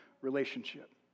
relationship